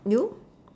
you